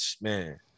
man